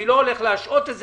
לא אשהה את זה.